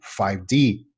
5D